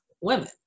women